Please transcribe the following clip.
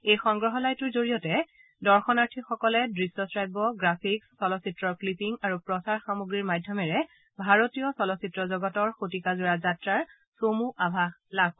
এই সংগ্ৰহালয়টোৰ জৰিয়তে দৰ্শনাৰ্থীসকলে দৃশ্যশ্ৰাব্য গ্ৰাফিক্স চলচ্চিত্ৰৰ ক্লিপিং আৰু প্ৰচাৰ সামগ্ৰীৰ মাধ্যমেৰে ভাৰতীয় চলচ্চিত্ৰ জগতৰ শতিকাজোৰা যাত্ৰাৰ চমু আভাষ লাভ কৰিব